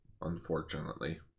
Unfortunately